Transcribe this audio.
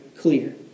clear